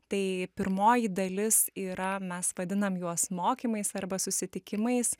tai pirmoji dalis yra mes vadinam juos mokymais arba susitikimais